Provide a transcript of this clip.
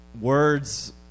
Words